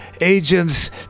agents